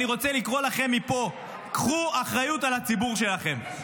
אני רוצה לקרוא לכם מפה: קחו אחריות על הציבור שלכם.